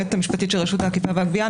היועצת המשפטית של רשות האכיפה והגבייה.